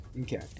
Okay